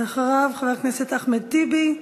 ואחריו, חבר הכנסת אחמד טיבי,